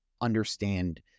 understand